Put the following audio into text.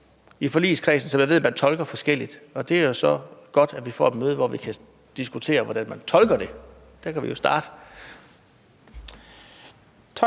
i forligskredsen tolker forskelligt, og derfor er det godt, at vi får et møde, hvor vi kan diskutere, hvordan man tolker det. Der kan vi jo starte.